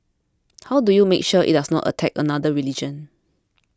how do you make sure it does not attack another religion